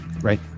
Right